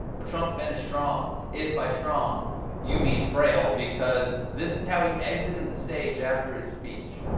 but trump finished strong. if by strong you mean frail. because this is how he exited the stage after his speech.